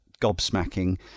gobsmacking